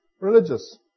Religious